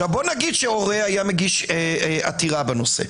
נאמר שהורה היה מגיש עתירה בנושא,